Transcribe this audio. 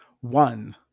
One